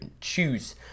choose